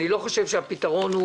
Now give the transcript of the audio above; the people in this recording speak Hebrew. אני לא חושב שהפתרון הוא